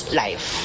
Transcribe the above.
life